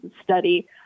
study